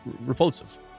repulsive